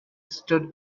stood